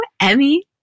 Emmy